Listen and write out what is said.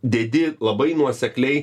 dedi labai nuosekliai